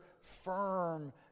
firm